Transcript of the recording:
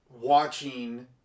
watching